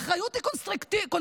האחריות היא קונסטרוקטיבית,